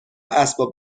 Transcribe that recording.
اسباب